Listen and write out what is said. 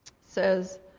says